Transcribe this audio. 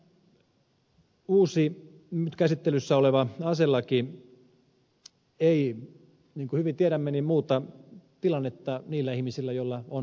tämä uusi käsittelyssä oleva aselaki ei niin kuin hyvin tiedämme muuta tilannetta niiden ihmisten kohdalla joilla on olemassa luvat